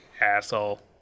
Asshole